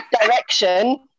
direction